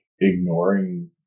ignoring